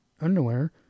underwear